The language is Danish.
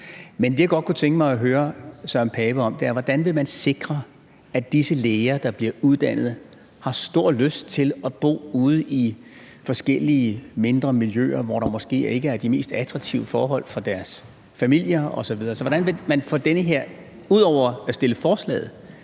Men det, jeg godt kunne tænke mig at høre Søren Pape Poulsen om, er, hvordan man vil sikre, at disse læger, der bliver uddannet, har stor lyst til at bo ude i forskellige mindre miljøer, hvor der måske ikke er de mest attraktive forhold for deres familier osv. Så hvad vil man, ud over at stille forslaget,